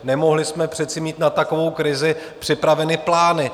Nemohli jsme přece mít na takovou krizi připraveny plány.